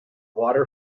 water